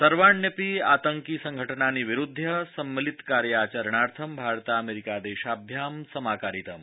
सर्वाण्यपि आतंकिसंघटनानि विरुद्ध सम्मिलित कार्याचरणार्थं भारतामेरिका देशाभ्यां समाकारितम्